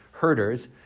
herders